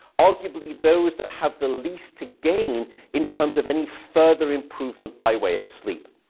arguably those that have the least to gain in terms of any further improvement by way of sleep.